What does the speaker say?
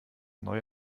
neue